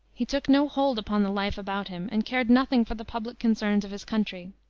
he took no hold upon the life about him, and cared nothing for the public concerns of his country.